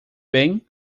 bem